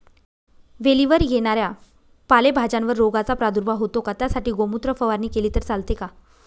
वेलीवर येणाऱ्या पालेभाज्यांवर रोगाचा प्रादुर्भाव होतो का? त्यासाठी गोमूत्र फवारणी केली तर चालते का?